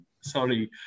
sorry